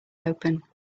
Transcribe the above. open